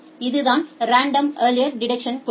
இது தான் random early detection கொள்கை